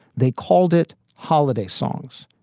they called it holiday songs.